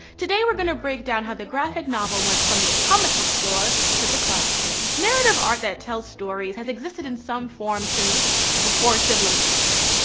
today we are gonna break down how the graphic novel went from the comic book store to the classroom. narrative art that tells stories has existed in some form since before civilization.